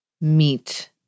meet